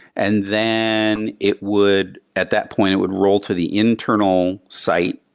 and then it would at that point, it would roll to the internal site,